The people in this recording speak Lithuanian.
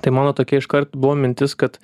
tai mano tokia iškart buvo mintis kad